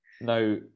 Now